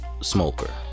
smoker